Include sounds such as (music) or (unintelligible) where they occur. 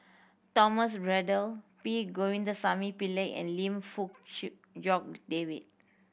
Thomas Braddell P Govindasamy Pillai and Lim Fong (unintelligible) Jock David